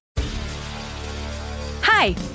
Hi